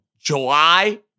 July